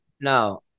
No